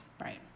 right